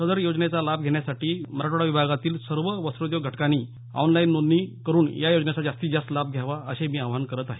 सुधारीत योजनेचा लाभ घेण्यासाठी मराठवाडा विभागातील सर्व वस्त्रोद्योग घटकांनी ऑनलाईन नोंदणी करुन या योजनेचा जास्तीत जास्त लाभ घ्यावा असं मी आवाहन करत आहे